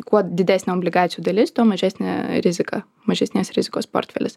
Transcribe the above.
kuo didesnė obligacijų dalis tuo mažesnė rizika mažesnės rizikos portfelis